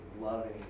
loving